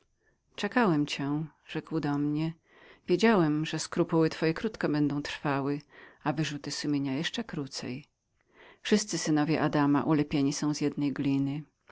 czekałem cię rzekł do mnie wiedziałem że skrupuły twoje krótko będą trwały i że nie pomyślisz nawet o wyrzutach wszyscy synowie adama ulepieni są z jednej gliny